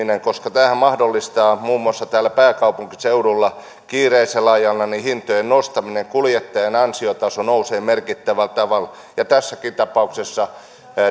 koska tämähän mahdollistaa muun muassa täällä pääkaupunkiseudulla kiireisellä ajalla hintojen nostamisen kuljettajan ansiotaso nousee merkittävällä tavalla ja tässäkin tapauksessa